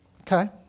Okay